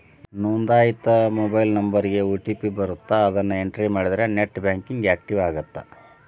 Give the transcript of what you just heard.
ನೋಂದಾಯಿತ ಮೊಬೈಲ್ ನಂಬರ್ಗಿ ಓ.ಟಿ.ಪಿ ಬರತ್ತ ಅದನ್ನ ಎಂಟ್ರಿ ಮಾಡಿದ್ರ ನೆಟ್ ಬ್ಯಾಂಕಿಂಗ್ ಆಕ್ಟಿವೇಟ್ ಆಗತ್ತ